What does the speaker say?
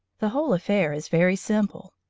the whole affair is very simple.